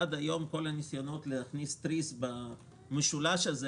עד היום כל ניסיון להכניס טריז במשולש הזה